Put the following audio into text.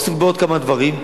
הוא עסוק בעוד כמה דברים,